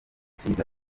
cyiza